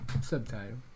Subtitle